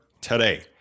today